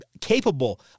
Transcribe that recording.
capable